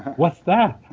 what's that?